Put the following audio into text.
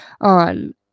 on